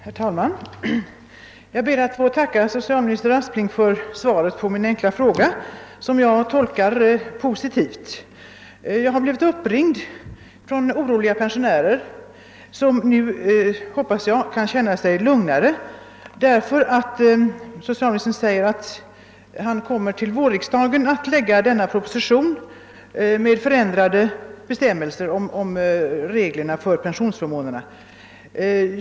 Herr talman! Jag ber att få tacka socialminister Aspling för svaret på min enkla fråga, vilket jag tolkar som positivt. Jag har blivit uppringd av oroliga pensionärer, som nu — hoppas jag — kan känna sig lugnare, eftersom socialministern förklarar att han för vårriksdagen kommer att lägga fram en proposition om förändrade bestämmelser för pensionsförmånerna.